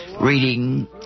reading